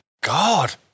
God